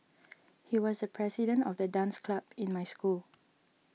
he was the president of the dance club in my school